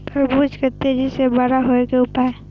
तरबूज के तेजी से बड़ा होय के उपाय?